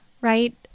right